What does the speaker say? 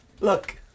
Look